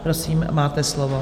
Prosím, máte slovo.